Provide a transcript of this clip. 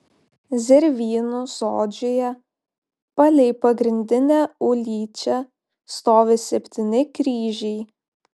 zervynų sodžiuje palei pagrindinę ulyčią stovi septyni kryžiai